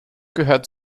gehört